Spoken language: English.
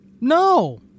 No